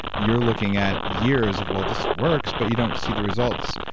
you're looking at years of well, this works, but you don't see the results.